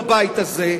בבית הזה,